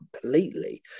completely